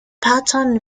patton